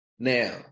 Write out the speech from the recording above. Now